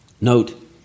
Note